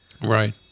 Right